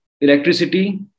electricity